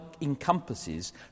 encompasses